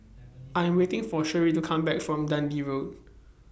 I Am waiting For Sherree to Come Back from Dundee Road